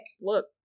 look